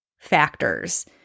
factors